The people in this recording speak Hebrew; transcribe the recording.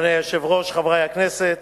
אדוני היושב-ראש, חברי הכנסת,